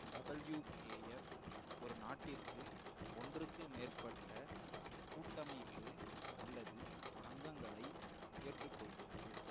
WKF ஒரு நாட்டிற்கு ஒன்றுக்கு மேற்பட்ட கூட்டமைப்பு அல்லது சங்கங்களை ஏற்றுக்கொள்கிறது